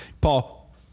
Paul